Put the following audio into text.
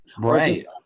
Right